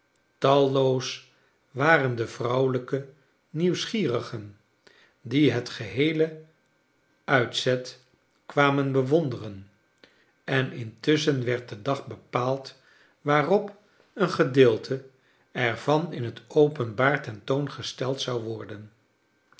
talloos waren de vrouwelijke nieuwsgierigen die het geheele uitzet kwamen bewonderen en intusschen werd de dag bepaald waarop een gedeelte er van in het openbaar tentoongesteld zou worden